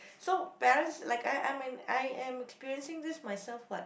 so parents like I I'm in I am experiencing this myself [what]